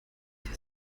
wer